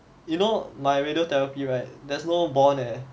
you know my radiotherapy right there's no bond leh